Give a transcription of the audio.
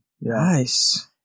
Nice